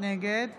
נגד